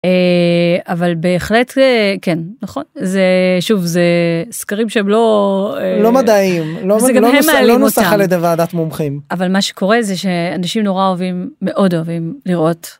אבל בהחלט כן, נכון. זה שוב, זה סקרים שהם לא... לא מדעיים, לא נוסח על ידי ועדת מומחים. אבל מה שקורה זה שאנשים נורא אוהבים, מאוד אוהבים, לראות.